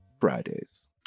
Fridays